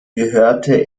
gehörte